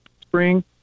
spring